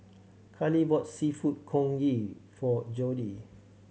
Kali bought Seafood Congee for Jody